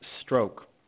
stroke